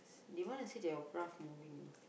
they want to see that your graph moving you know